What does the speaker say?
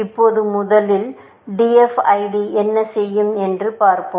இப்போது முதலில் DFID என்ன செய்யும் என்று பார்ப்போம்